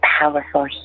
powerful